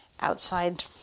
outside